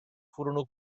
furono